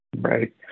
Right